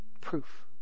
proof